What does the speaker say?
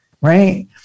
right